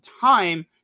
time